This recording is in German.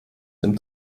dem